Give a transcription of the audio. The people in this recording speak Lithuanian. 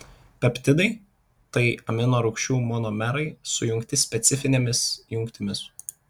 peptidai tai amino rūgčių monomerai sujungti specifinėmis jungtimis